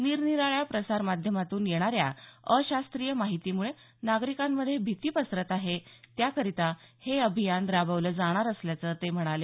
निरनिराळ्या प्रसारमाध्यमांतून येणाऱ्या अशास्त्रीय माहितीमुळे नागरिकांमध्ये भीती पसरत आहे त्याकरिता हे अभियान राबवलं जाणार असल्याचं ते म्हणाले